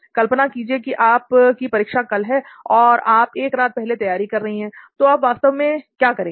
कल्पना कीजिए कि आप की परीक्षा कल है और आप एक रात पहले तैयारी कर रही हैं तो आप वास्तव में क्या करेगी